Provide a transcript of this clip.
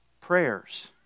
prayers